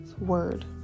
word